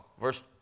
Verse